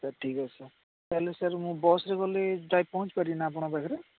sir ଠିକ୍ ଅଛି ତାହାଲେ ସାର୍ ମୁଁ ବସ୍ରେ ଗଲେ ଯାଇକି ପହଞ୍ଚି ପାରିବି ନା ଆପଣଙ୍କ ପାଖରେ